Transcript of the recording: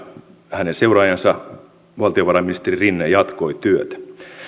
hänen seuraajansa valtiovarainministeri rinne jatkoi työtä